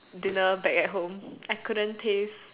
dinner back at home I couldn't taste